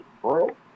bro